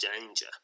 danger